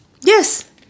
Yes